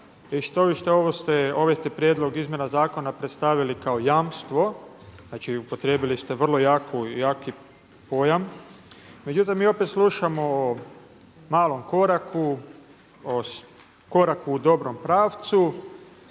štoviše ove ste prijedloge izmjena zakona predstavili kao jamstvo, znači upotrijebili ste vrlo jaki pojam, međutim mi opet slušamo o malom koraku o koraku u dobrom pravcu